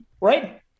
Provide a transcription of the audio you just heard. right